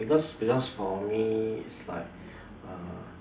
because because for me it's like err